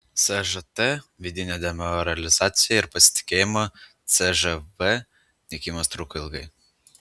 sžt vidinė demoralizacija ir pasitikėjimo cžv nykimas truko ilgai